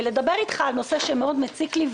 ולדבר איתך על נושא שמאוד מציק לי,